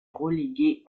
relégué